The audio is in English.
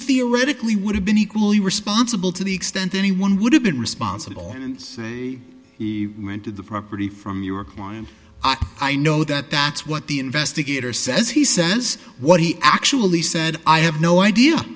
theoretically would have been equally responsible to the extent any one would have been responsible and say we went to the property from your client i know that that's what the investigator says he says what he actually said i have no idea